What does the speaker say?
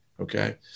Okay